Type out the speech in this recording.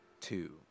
Two